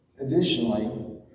Additionally